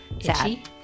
Itchy